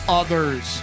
others